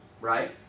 right